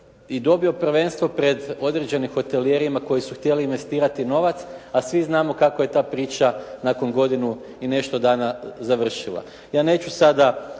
dobio prvenstvo pred određenim hotelijerima koji su htjeli investirati novac, a svi znamo kako je ta priča nakon godinu i nešto dana završila.